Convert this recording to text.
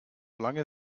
lange